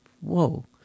whoa